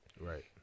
Right